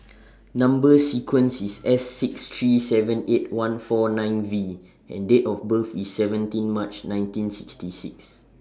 Number sequence IS S six three seven eight one four nine V and Date of birth IS seventeen March nineteen sixty six